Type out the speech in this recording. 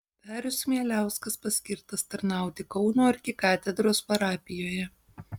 darius chmieliauskas paskirtas tarnauti kauno arkikatedros parapijoje